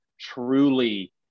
truly